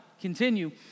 Continue